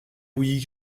oui